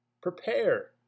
prepare